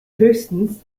höchstens